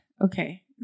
okay